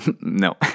No